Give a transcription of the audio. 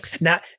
Now